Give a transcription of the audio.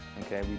Okay